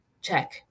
Check